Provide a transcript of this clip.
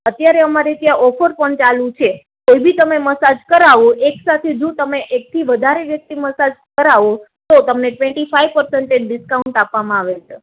અત્યારે અમારે ત્યા ઓફર પણ ચાલુ છે કોઈ બી તમે મસાજ કરાવો એક સાથે જો તમે એકથી વધારે વ્યક્તિ મસાજ કરાવો તો તમને ટવેન્ટી ફાઇવ પર્સેંટેજ ડિસ્કાઉન્ટ આપવામાં આવે છે